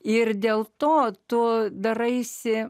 ir dėl to tu daraisi